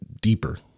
deeper